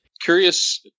Curious